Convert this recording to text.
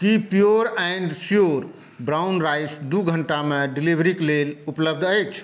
Ki pure and sure brown rice दू घण्टामे delivery के लेल उपलब्ध अछि